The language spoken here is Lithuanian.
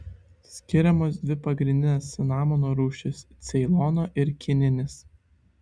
skiriamos dvi pagrindinės cinamono rūšys ceilono ir kininis